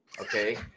Okay